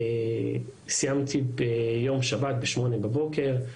סיימתי ביום שבת בשמונה בבוקר,